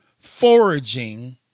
foraging